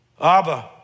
Abba